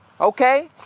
Okay